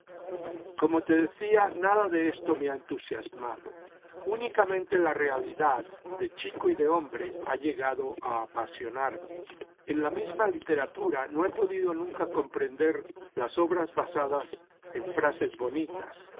como te decía nada de esto me ha entusiasmado únicamente la realidad de chico y de hombre ha llegado a apasionarme en la misma literatura no he podido nunca comprender las obras basadas en frases bonitas